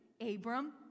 Abram